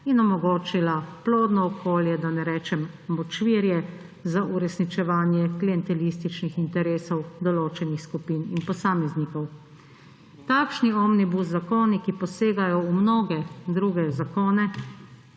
in omogočila plodno okolje – da ne rečem močvirje – z uresničevanjem klientelističnih interesov določenih skupin in posameznikov. Takšni omnibus zakoni, ki posegajo v mnoge druge zakone,